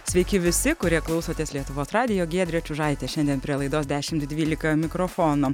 sveiki visi kurie klausotės lietuvos radijo giedrė čiužaitė šiandien prie laidos dešimt dvylika mikrofono